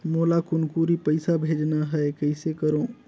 मोला कुनकुरी पइसा भेजना हैं, कइसे करो?